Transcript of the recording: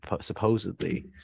supposedly